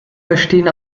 bestehen